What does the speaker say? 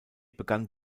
begann